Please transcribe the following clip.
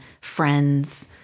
friends